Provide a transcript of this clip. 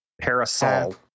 Parasol